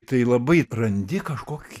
tai labai randi kažkokį